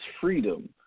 freedom